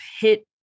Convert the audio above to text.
hit